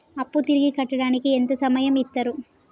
అప్పు తిరిగి కట్టడానికి ఎంత సమయం ఇత్తరు?